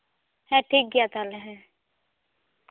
ᱦᱮᱸ ᱴᱷᱤᱠ ᱜᱮᱭᱟ ᱛᱟᱦᱚᱞᱮ ᱦᱮᱸ